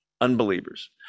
unbelievers